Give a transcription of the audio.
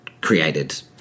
created